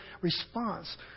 response